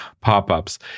pop-ups